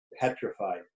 petrified